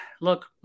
look